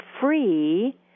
free